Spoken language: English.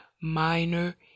Minor